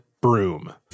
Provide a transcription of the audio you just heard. broom